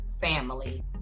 family